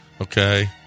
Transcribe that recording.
Okay